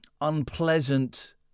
unpleasant